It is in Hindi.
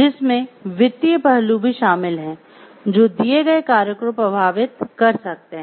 जिसमें वित्तीय पहलू भी शामिल हैं जो दिये गए कार्य को प्रभावित कर सकते हैं